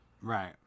right